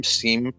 seem